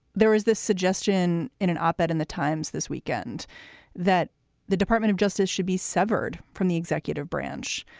there is this suggestion in an op-ed in the times this weekend that the department of justice should be severed from the executive branch.